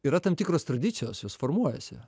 yra tam tikros tradicijos jos formuojasi